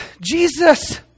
Jesus